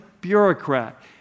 bureaucrat